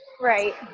Right